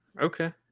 Okay